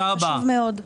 חשוב מאוד.